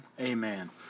Amen